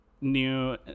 new